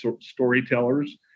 storytellers